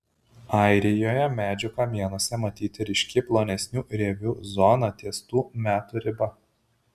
airijoje medžių kamienuose matyti ryški plonesnių rievių zona ties tų metų riba